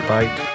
Bite